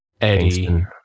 Eddie